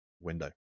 window